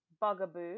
Bugaboo